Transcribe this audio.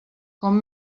com